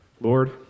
Lord